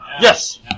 Yes